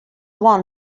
won